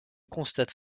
constate